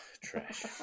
Trash